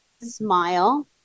smile